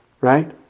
Right